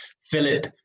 Philip